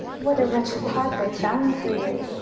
what a wretched part they've found for you!